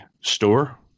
store